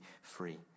free